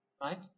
right